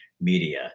media